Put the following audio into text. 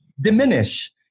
diminish